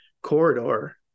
corridor